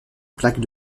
plaque